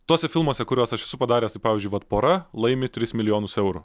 tuose filmuose kuriuos aš esu padaręs tai pavyzdžiui vat pora laimi tris milijonus eurų